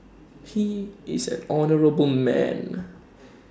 he is an honourable man